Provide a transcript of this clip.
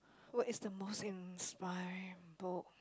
what is the most inspiring book